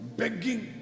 begging